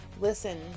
Listen